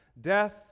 Death